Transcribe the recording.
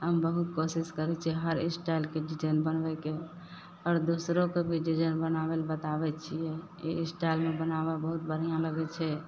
हम बहुत कोशिश करय छियै हर स्टाइलके डिजाइन बनायके आओर दोसरोके भी डिजाइन बनाबय लेल बताबय छियै ई स्टाइलमे बनाबऽ बहुत बढ़िआँ लगय छै